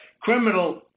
criminal